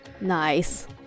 Nice